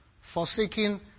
forsaking